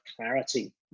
clarity